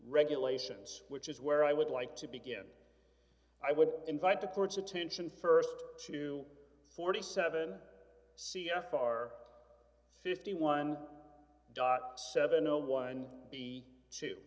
regulations which is where i would like to begin i would invite the court's attention st to forty seven c f r fifty one dot seven o one b t